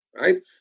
right